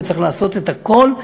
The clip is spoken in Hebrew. וצריך לעשות את הכול,